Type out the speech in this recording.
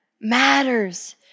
matters